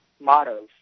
mottos